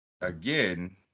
again